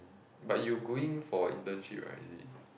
but you going for internship right is it